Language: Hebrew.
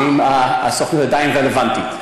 האם הסוכנות עדיין רלוונטית.